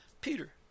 Peter